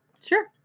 Sure